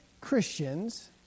Christians